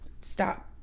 stop